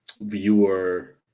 viewer